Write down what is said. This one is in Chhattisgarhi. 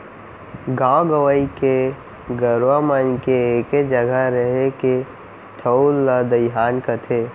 गॉंव गंवई के गरूवा मन के एके जघा रहें के ठउर ला दइहान कथें